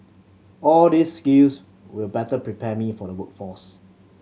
all these skills will better prepare me for the workforce